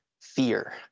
fear